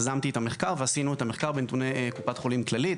יזמתי את המחקר ועשינו את המחקר בנתוני קופת חולים כללית.